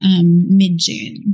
mid-june